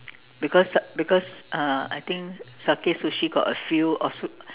because because uh I think Sakae sushi got a few or su~